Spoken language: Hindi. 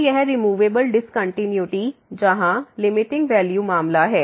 तो यह रिमूवेबल डिस्कंटीन्यूटी जहां लिमिटिंग वैल्यू मामला है